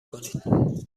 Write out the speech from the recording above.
کنید